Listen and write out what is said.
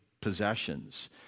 possessions